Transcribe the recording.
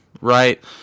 Right